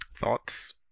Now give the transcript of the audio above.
Thoughts